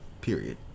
Period